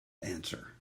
answer